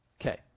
Okay